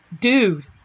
dude